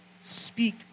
speak